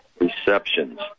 receptions